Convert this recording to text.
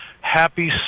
happy